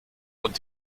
und